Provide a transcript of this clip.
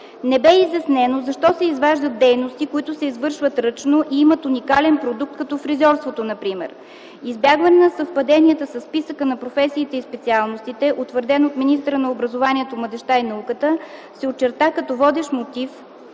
Не бе изяснено защо се изваждат дейности, които се извършват ръчно и имат уникален продукт като фризьорството, например. Избягването на съвпаденията със списъка на професиите и специалностите, утвърден от министъра на образованието, младежта и науката, се очерта като водещ мотив,